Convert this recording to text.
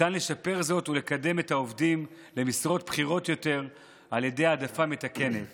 ניתן לשפר זאת ולקדם את העובדים למשרות בכירות יותר על ידי העדפה מתקנת